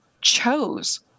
chose